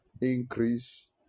increase